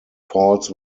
falls